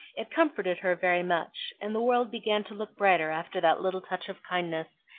it comforted her very much, and the world began to look brighter after that little touch of kindness,